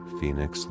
Phoenix